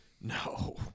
No